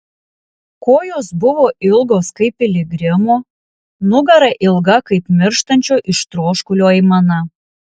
kojos buvo ilgos kaip piligrimo nugara ilga kaip mirštančio iš troškulio aimana